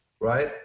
right